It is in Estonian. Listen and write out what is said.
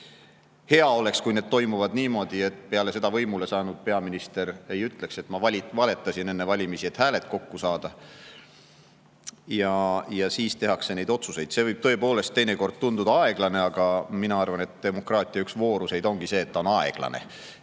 Hea oleks, kui need toimuvad niimoodi, et peale seda võimule saanud peaminister ei ütle, et ma valetasin enne valimisi, et hääled kokku saada. Ja siis tehakse otsuseid. See võib tõepoolest teinekord tunduda aeglane, aga mina arvan, et demokraatia üks voorus ongi see, et ta on aeglane.